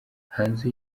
hanze